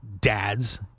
dads